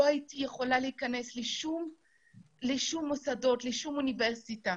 לא הייתי יכולה להיכנס לשום מוסד ולשום אוניברסיטה.